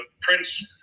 Prince